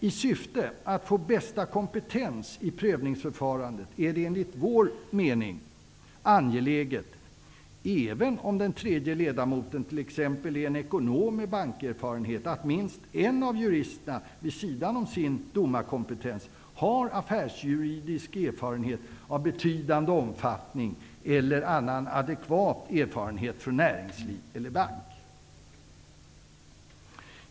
I syfte att få bästa kompetens i prövningsförfarandet är det enligt vår mening -- även om exempelvis den tredje ledamoten är en ekonom med bankerfarenhet -- angeläget att minst en av juristerna vid sidan av sin domarkompetens har affärsjuridisk erfarenhet av betydande omfattning, eller annan adekvat erfarenhet från näringsliv eller bank.